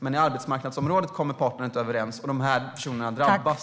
Men på arbetsmarknadsområdet kommer ju inte parterna överens, och de här personerna drabbas.